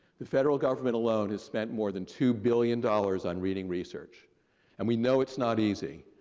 the federal government alone has spent more than two billion dollars on reading research and we know it's not easy.